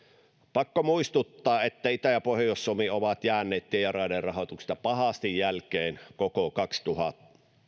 pakko muistuttaa että itä ja pohjois suomi ovat jääneet muista maakunnista tie ja raiderahoituksessa pahasti jälkeen koko kaksituhatta